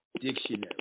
Dictionary